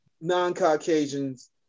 non-Caucasians